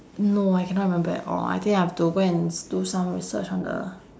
no I cannot remember at all I think I have to go and s~ do some research on the